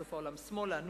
"סוף העולם שמאלה",